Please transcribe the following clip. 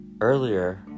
Earlier